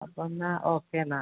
അപ്പോൾ എന്നാൽ ഓക്കെ എന്നാൽ